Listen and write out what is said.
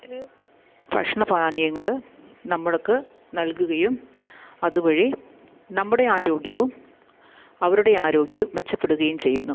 ഭക്ഷണ പാനീയങ്ങൾ നമുക്ക് നൽകുകയും അതുവഴി നമ്മുടെ ആരോഗ്യവും അവരുടെ ആരോഗ്യം മെച്ചപ്പെടുകയും ചെയ്യുന്നു